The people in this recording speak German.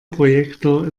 projektor